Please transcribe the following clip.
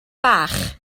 bach